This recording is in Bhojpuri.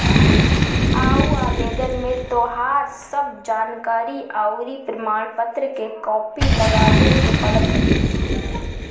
उ आवेदन में तोहार सब जानकरी अउरी प्रमाण पत्र के कॉपी लगावे के पड़त हवे